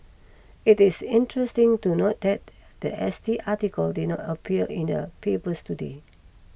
it is interesting to note that the S T article did not appear in the papers today